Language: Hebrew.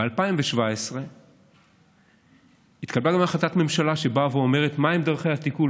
ב-2017 התקבלה גם החלטת ממשלה שאומרת מהן דרכי הטיפול,